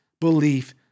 belief